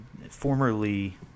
formerly